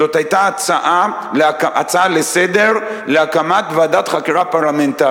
זאת היתה הצעה לסדר-היום על הקמת ועדת חקירה פרלמנטרית.